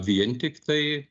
vien tiktai